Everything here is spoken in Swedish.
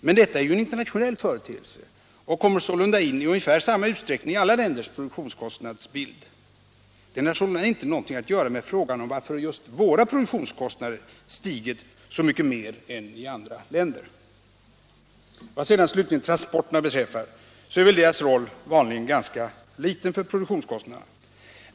Men detta är ju en internationell företeelse och kommer i ungefär samma utsträckning in i alla länders produktionskostnadsbild. Det har sålunda inte någonting att göra med frågan om varför just våra produktionskostnader stigit så mycket mer än produktionskostnaderna i andra länder. Vad slutligen transporterna beträffar så är väl deras roll för produktionskostnaderna vanligen ganska liten.